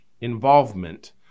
involvement